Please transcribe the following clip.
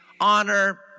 honor